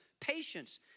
patience